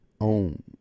own